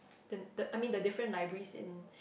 I mean the different libraries in